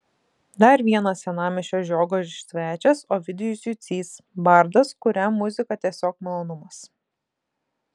dar vienas senamiesčio žiogo svečias ovidijus jucys bardas kuriam muzika tiesiog malonumas